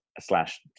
slash